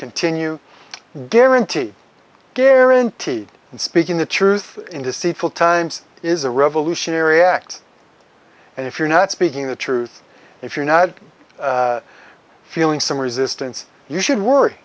continue guaranteed guaranteed and speaking the truth in deceitful times is a revolutionary act and if you're not speaking the truth if you're not feeling some resistance you should worry